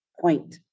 point